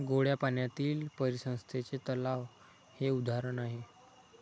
गोड्या पाण्यातील परिसंस्थेचे तलाव हे उदाहरण आहे